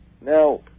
now